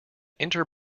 inter